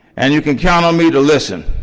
and you can count on me to listen.